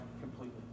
completely